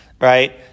right